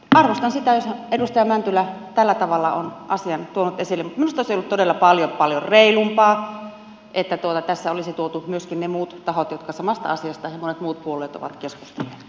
arvostan sitä jos edustaja mäntylä tällä tavalla on asian tuonut esille mutta minusta olisi ollut todella paljon paljon reilumpaa että tässä olisi tuotu myöskin ne muut tahot ja monet muut puolueet jotka samasta asiasta ovat keskustelleet